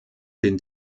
den